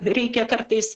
reikia kartais